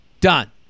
Done